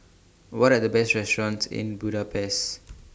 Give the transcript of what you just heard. What Are The Best restaurants in Budapest